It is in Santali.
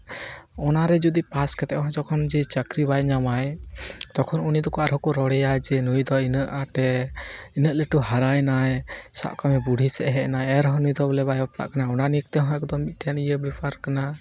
ᱚᱱᱟ ᱨᱮ ᱡᱩᱫᱤ ᱯᱟᱥ ᱠᱟᱛᱮ ᱦᱚᱸ ᱡᱚᱠᱷᱚᱱ ᱡᱮ ᱪᱟᱹᱠᱨᱤ ᱵᱟᱭ ᱧᱟᱢᱟᱭ ᱛᱚᱠᱷᱚᱱ ᱩᱱᱤ ᱫᱚᱠᱚ ᱟᱨᱦᱚᱸ ᱠᱚ ᱨᱚᱲᱮᱭᱟ ᱡᱮ ᱱᱩᱭ ᱫᱚ ᱤᱱᱟᱹᱜ ᱟᱸᱴᱮ ᱤᱱᱟᱹᱜ ᱞᱟᱹᱴᱩ ᱦᱟᱨᱟᱭᱮᱱᱟᱭ ᱥᱟᱵ ᱠᱟᱜ ᱢᱮ ᱵᱩᱲᱦᱤ ᱥᱮᱡᱼᱮ ᱦᱮᱡ ᱮᱱᱟ ᱮᱱᱨᱦᱚᱸ ᱱᱤᱛ ᱦᱚᱸ ᱵᱚᱞᱮ ᱵᱟᱭ ᱵᱟᱯᱞᱟᱜ ᱠᱟᱱᱟ ᱚᱱᱟ ᱱᱤᱭᱮ ᱛᱮᱦᱚᱸ ᱮᱠᱫᱚᱢ ᱢᱤᱫᱴᱮᱱ ᱵᱮᱯᱟᱨ ᱠᱟᱱᱟ